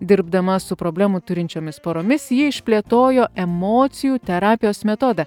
dirbdama su problemų turinčiomis poromis ji išplėtojo emocijų terapijos metodą